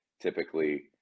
typically